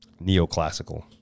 Neoclassical